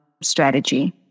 strategy